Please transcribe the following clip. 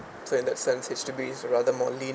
so in that sense is to be rather more lean